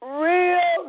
real